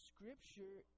Scripture